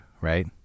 right